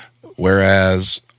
Whereas